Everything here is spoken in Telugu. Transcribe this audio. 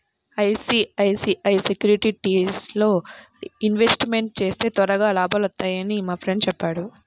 ఐసీఐసీఐ సెక్యూరిటీస్లో ఇన్వెస్ట్మెంట్ చేస్తే త్వరగా లాభాలొత్తన్నయ్యని మా ఫ్రెండు చెప్పాడు